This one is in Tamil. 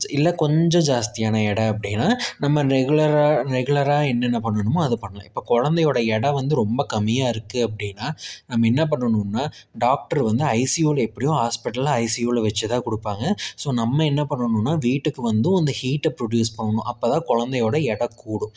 செ இல்லை கொஞ்சம் ஜாஸ்தியான எடை அப்படின்னா நம்ம ரெகுலரா ரெகுலரா என்னென்ன பண்ணணுமோ அதை பண்ணலாம் இப்போ குலந்தையோட எடை வந்து ரொம்ப கம்மியாக இருக்குது அப்படின்னா நம்ம என்ன பண்ணணும்னா டாக்டர் வந்து ஐசியூல எப்படியும் ஹாஸ்பிட்டல்ல ஐசியூல வச்சி தான் கொடுப்பாங்க ஸோ நம்ம என்ன பண்ணணும்னா வீட்டுக்கு வந்தும் அந்த ஹீட்டை ப்ரொடியூஸ் பண்ணணும் அப்போதான் குலந்தையோட எடை கூடும்